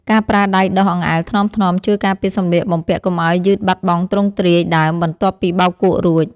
ការប្រើដៃដុសអង្អែលថ្នមៗជួយការពារសម្លៀកបំពាក់កុំឱ្យយឺតបាត់បង់ទ្រង់ទ្រាយដើមបន្ទាប់ពីបោកគក់រួច។